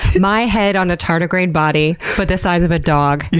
my head on a tardigrade body, but the size of a dog. yeah